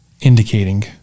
indicating